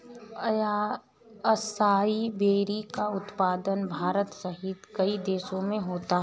acai berry का उत्पादन भारत सहित कई देशों में होता है